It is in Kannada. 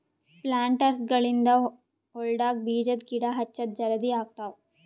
ಪ್ಲಾಂಟರ್ಸ್ಗ ಗಳಿಂದ್ ಹೊಲ್ಡಾಗ್ ಬೀಜದ ಗಿಡ ಹಚ್ಚದ್ ಜಲದಿ ಆಗ್ತಾವ್